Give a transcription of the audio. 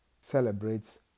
celebrates